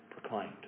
proclaimed